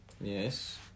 Yes